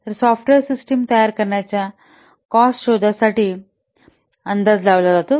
तर software system तयार करण्याच्या कॉस्ट शोधण्यासाठी अंदाज लावला जातो